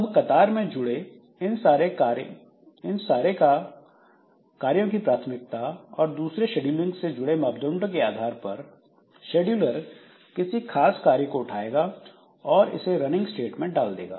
अब कतार में जुड़े हुए इन सारे कार्यों की प्राथमिकता और दूसरे शेड्यूलिंग से जुड़े मापदंडों के आधार पर शेड्यूलर किसी खास कार्य को उठाएगा और इसे रनिंग स्टेट में डाल देगा